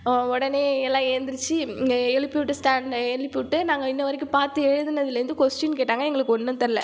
ஒ உடனே எல்லாம் எந்திரிச்சி எங்களை எழுப்பி விட்டு ஸ்டாண்ட் எழுப்பி விட்டு நாங்கள் இன்று வரைக்கும் பார்த்து எழுதுனதுலேருந்து கொஸ்ட்டின் கேட்டாங்க எங்களுக்கு ஒன்றும் தெரில